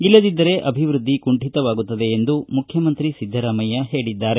ಇಲ್ಲದಿದ್ದರೆ ಅಭಿವೃದ್ಧಿ ಕುಂಠಿತವಾಗುತ್ತದೆ ಎಂದು ಮುಖ್ಯಮಂತ್ರಿ ಸಿದ್ದರಾಮಯ್ಯ ಹೇಳಿದ್ದಾರೆ